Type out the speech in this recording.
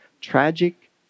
tragic